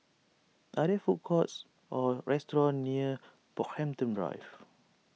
are there food courts or restaurants near Brockhampton Drive